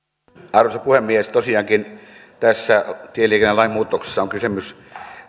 arvoisa puhemies tosiaankin tässä tieliikennelain muutoksessa on kysymys